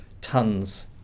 tons